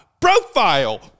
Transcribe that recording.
profile